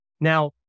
Now